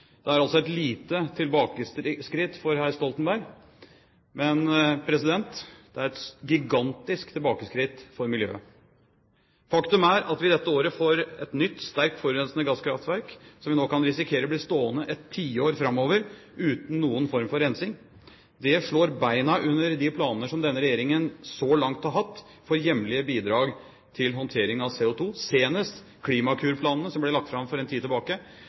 Det er altså et lite tilbakeskritt for hr. Stoltenberg, men det er et gigantisk tilbakeskritt for miljøet. Faktum er at vi dette året får et nytt, sterkt forurensende gasskraftverk som vi nå kan risikere blir stående et tiår framover uten noen form for rensing. Det slår bena under de planene som denne regjeringen så langt har hatt for hjemlige bidrag til håndtering av CO2 – senest Klimakur-planene, som ble lagt fram for en tid tilbake,